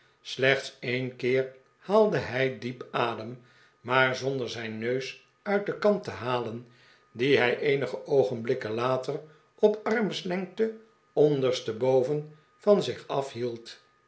slechts een keer haalde hij diep adem maar zonder zijn neus uit de kan te halen die hij eenige oogenblikken later op armslengte onderste boven van zich afhield